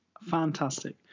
Fantastic